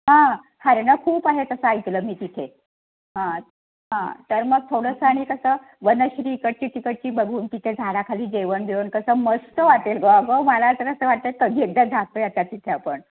हां हरणं खूप आहेत असं ऐकलं मी तिथे हां हां तर मग थोडंसं आणि कसं वनश्री इकडची तिकडची बघून तिथे झाडाखाली जेवण देऊन कसं मस्त वाटेल गो गो मला तर असं वाटतं कधी एकदा जातो आहे आता तिथं आपण